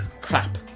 Crap